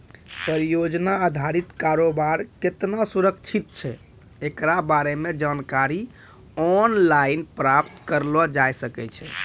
परियोजना अधारित कारोबार केतना सुरक्षित छै एकरा बारे मे जानकारी आनलाइन प्राप्त करलो जाय सकै छै